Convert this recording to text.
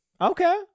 Okay